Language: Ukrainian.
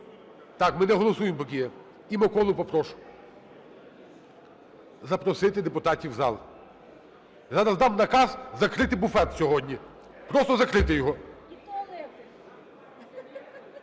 Так, ми не голосуємо поки. І Миколу попрошу запросити депутатів в зал. Зараз дам наказ закрити буфет сьогодні, просто закрити його.